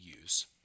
use